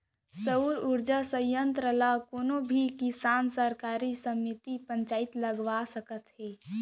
सउर उरजा संयत्र ल कोनो भी किसान, सहकारी समिति, पंचईत लगवा सकत हे